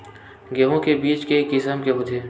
गेहूं के बीज के किसम के होथे?